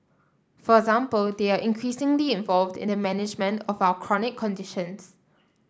for example they are increasingly involved in the management of our chronic conditions